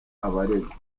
abaregwa